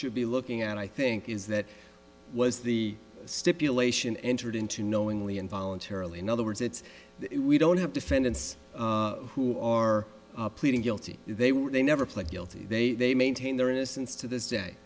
should be looking at i think is that was the stipulation entered into knowingly and voluntarily in other words it's we don't have defendants who or pleading guilty they were they never pled guilty they they maintained their innocence to this day